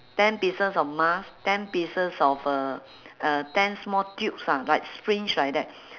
ten pieces of mask ten pieces of uh uh ten small tubes ah like syringe like that